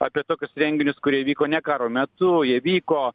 apie tokius renginius kurie vyko ne karo metu jie vyko